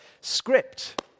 script